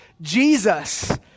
Jesus